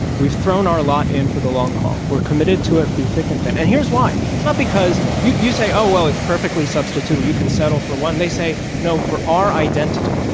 we've thrown our lot in for the long haul, we're committed to it through thick and thin' and here's why, it's not because you you say, oh, well, it's perfectly su bstituted. you can settle for one. they say, no, for our identity.